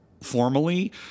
formally